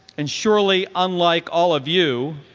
and surely unlike all of you,